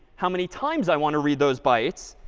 how many times i want to read those bytes,